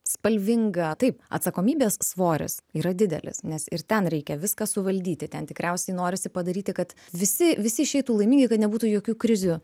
spalvinga taip atsakomybės svoris yra didelis nes ir ten reikia viską suvaldyti ten tikriausiai norisi padaryti kad visi visi išeitų laimingi kad nebūtų jokių krizių